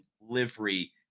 livery